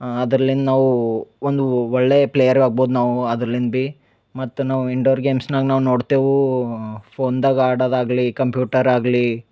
ಅದರ್ಲಿಂದ ನಾವು ಒಂದು ಒಳ್ಳೆಯ ಪ್ಲೇಯರೂ ಆಗ್ಬೋದು ನಾವು ಅದರ್ಲಿನ್ ಭೀ ಮತ್ತು ನಾವು ಇಂಡೋರ್ ಗೇಮ್ಸ್ನಾಗ ನಾವು ನೋಡ್ತೇವೆ ಫೋನ್ದಾಗ ಆಡೋದ್ ಆಗಲಿ ಕಂಪ್ಯೂಟರ್ ಆಗಲಿ